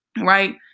Right